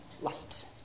light